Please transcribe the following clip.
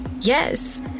Yes